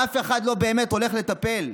אף אחד לא באמת הולך לטפל.